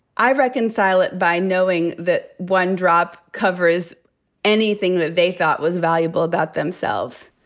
i reconcile it by knowing that one drop covers anything that they thought was valuable about themselves.